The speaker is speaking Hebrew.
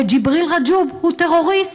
וג'יבריל רג'וב הוא טרוריסט,